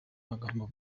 magambo